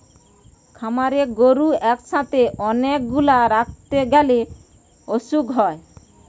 খামারে গরু একসাথে অনেক গুলা রাখতে গ্যালে অসুখ হয়